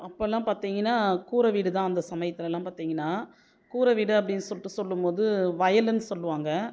அப்போல்லாம் பார்த்தீங்கன்னா கூரை வீடு தான் அந்த சமயத்துலேலாம் பார்த்தீங்கன்னா கூரை அப்படின்னு சொல்லிட்டு சொல்லும் போது வயலுன்னு சொல்லுவாங்கள்